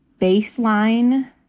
baseline